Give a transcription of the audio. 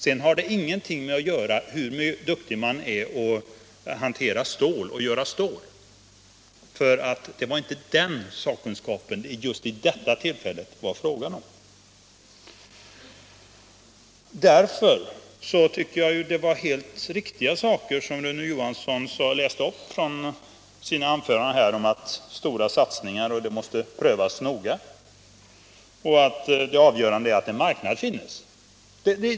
Det har ingenting att göra med hur duktig man är att göra stål, för det var inte den sakkunskapen det var fråga om vid just detta tillfälle. Därför tycker jag det var helt riktiga saker som Rune Johansson läste upp från sina anföranden — att stora satsningar måste prövas noga och att det avgörande är att det finns en marknad.